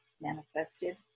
manifested